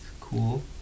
cool